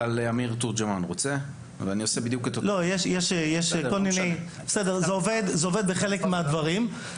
זה עובד בחלק מהדברים.